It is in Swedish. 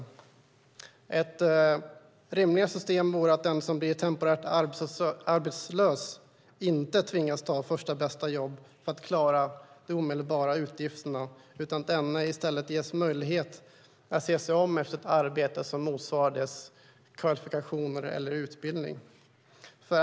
Ett rimligare system vore att den som blir temporärt arbetslös inte tvingas ta första bästa jobb för att klara de omedelbara utgifterna utan i stället ges möjlighet att se sig om efter ett arbete som motsvarar dennes kvalifikationer eller utbildning.